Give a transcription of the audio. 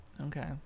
Okay